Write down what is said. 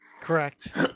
Correct